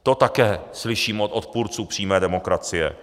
To také slyším od odpůrců přímé demokracie.